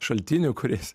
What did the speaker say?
šaltinių kuriais